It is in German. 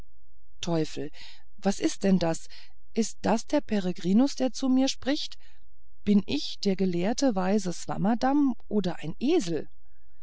teufel was ist denn das ist das der peregrinus der zu mir spricht bin ich der gelehrte weise swammerdamm oder ein esel